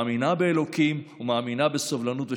מאמינה באלוקים ומאמינה בסובלנות ושלום.